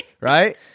Right